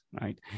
right